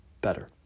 better